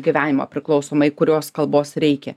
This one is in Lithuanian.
gyvenimo priklausomai kurios kalbos reikia